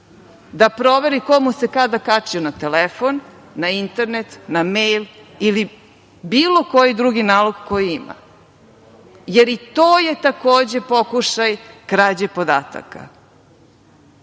da proveri ko mu se kada kačio na telefon, na internet, na mejl ili bilo koji drugi nalog koji ima, jer i to je takođe pokušaj krađe podataka. Dakle,